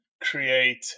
create